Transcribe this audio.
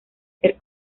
ser